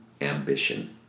ambition